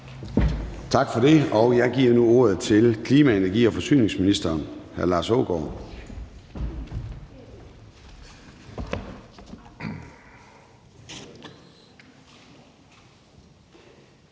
Tak for det. Jeg giver nu ordet til klima-, energi- og forsyningsministeren. Kl.